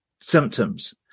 symptoms